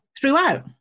throughout